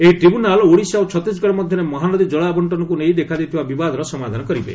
ଏହି ଟ୍ରିବ୍ୟୁନାଲ୍ ଓଡ଼ିଶା ଓ ଛତିଶଗଡ଼ ମଧ୍ୟରେ ମହାନଦୀ କଳ ଆବଶ୍ଚନକୁ ନେଇ ଦେଖାଦେଇଥିବା ବିବାଦର ସମାଧାନ କରିବେ